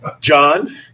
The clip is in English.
John